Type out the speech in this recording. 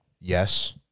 Yes